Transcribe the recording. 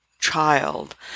child